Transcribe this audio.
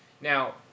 Now